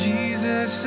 Jesus